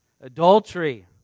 adultery